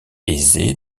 aisé